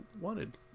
wanted